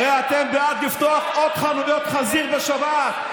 הרי אתם בעד לפתוח עוד חנויות חזיר בשבת.